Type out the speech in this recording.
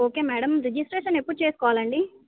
okay madam registration ఎప్పుడు చేసుకోవాలండి